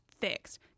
fixed